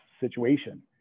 situation